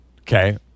Okay